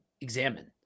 Examine